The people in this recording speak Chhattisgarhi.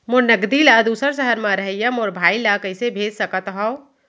मोर नगदी ला दूसर सहर म रहइया मोर भाई ला कइसे भेज सकत हव?